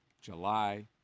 July